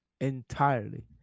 entirely